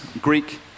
Greek